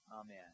Amen